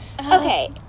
okay